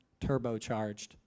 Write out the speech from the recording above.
turbocharged